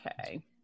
Okay